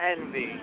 envy